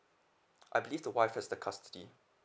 I believe the wife has the custody